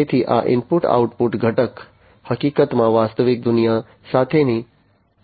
તેથી આ input output ઘટક હકીકતમાં વાસ્તવિક દુનિયા સાથેની